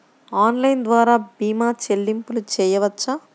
Online ద్వార భీమా చెల్లింపులు చేయవచ్చా?